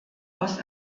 aus